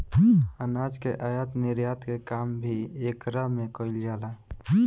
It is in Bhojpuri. अनाज के आयत निर्यात के काम भी एकरा में कईल जाला